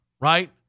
right